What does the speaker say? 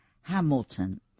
Hamilton